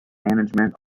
management